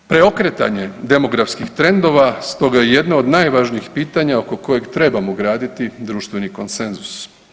Preokretanje demografskih trendova stoga je jedna od najvažnijih pitanja oko kojeg trebamo graditi društveni konsenzus.